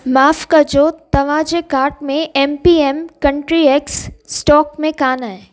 माफ़ कजो तव्हांजे कार्ट में एमपीएम कंट्री एग्स स्टॉक में कोन्ह आहे